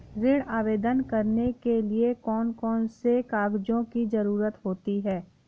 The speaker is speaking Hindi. ऋण आवेदन करने के लिए कौन कौन से कागजों की जरूरत होती है?